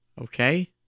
Okay